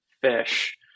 fish